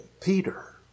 Peter